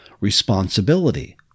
responsibility